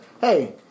hey